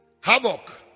Havoc